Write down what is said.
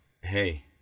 hey